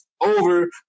over